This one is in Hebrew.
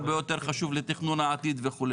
הרבה יותר חשוב לתכנון העתיד וכו'.